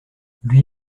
lui